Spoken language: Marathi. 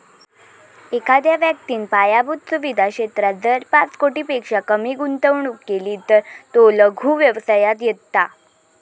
एखाद्या व्यक्तिन पायाभुत सुवीधा क्षेत्रात जर पाच कोटींपेक्षा कमी गुंतवणूक केली तर तो लघु व्यवसायात येता